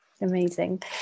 Amazing